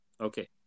okay